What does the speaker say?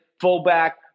fullback